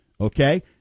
Okay